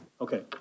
Okay